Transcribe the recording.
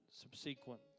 subsequent